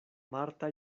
marta